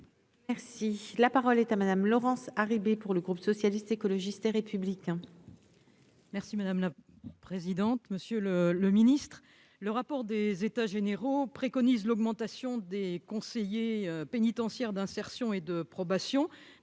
Merci, la parole est à Madame Laurence arrivé pour le groupe socialiste, écologiste et républicain. Merci madame la présidente, monsieur le le ministre, le rapport des états généraux préconise l'augmentation des conseillers pénitentiaires d'insertion et de probation